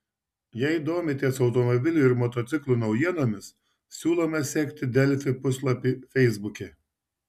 jei domitės automobilių ir motociklų naujienomis siūlome sekti delfi puslapį feisbuke